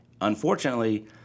Unfortunately